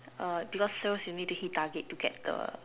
because sales you need to hit the target to get the